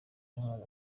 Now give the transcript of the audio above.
intwaro